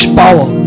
power